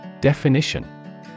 Definition